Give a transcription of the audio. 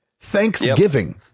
Thanksgiving